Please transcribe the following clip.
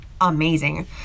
amazing